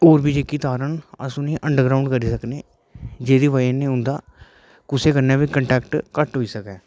और बी जेहकी तारा ना उस उंहेगी आडरग्रांउड करी सकने जेहदी बजह कन्नै उंदा कुसै कन्नै बी कंटैक्ट घट्ट होई सकै